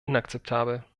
inakzeptabel